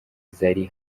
zari